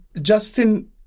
Justin